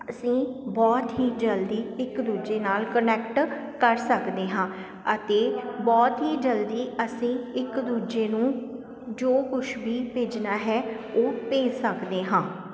ਅਸੀਂ ਬਹੁਤ ਹੀ ਜਲਦੀ ਇੱਕ ਦੂਜੇ ਨਾਲ ਕਨੈਕਟ ਕਰ ਸਕਦੇ ਹਾਂ ਅਤੇ ਬਹੁਤ ਹੀ ਜਲਦੀ ਅਸੀਂ ਇੱਕ ਦੂਜੇ ਨੂੰ ਜੋ ਕੁਛ ਵੀ ਭੇਜਣਾ ਹੈ ਉਹ ਭੇਜ ਸਕਦੇ ਹਾਂ